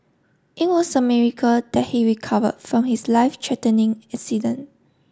it was a miracle that he recovered from his life threatening accident